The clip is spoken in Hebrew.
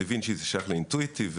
דה וינצ'י שייך לאינטואיטיב,